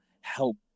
help